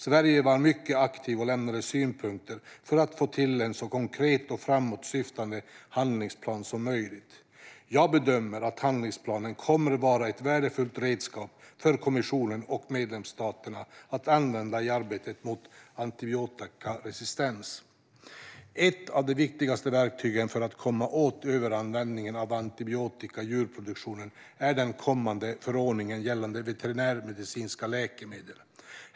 Sverige var mycket aktivt och lämnade synpunkter för att få till en så konkret och framåtsyftande handlingsplan som möjligt. Jag bedömer att handlingsplanen kommer att vara ett värdefullt redskap för kommissionen och medlemsstaterna att använda i arbetet mot antibiotikaresistens. Ett av de viktigaste verktygen för att komma åt överanvändningen av antibiotika i djurproduktionen är den kommande förordningen gällande veterinärmedicinska läkemedel.